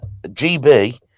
GB